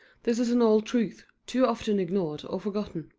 this is an old truth, too often ignored or forgotten.